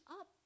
up